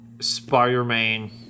Spider-Man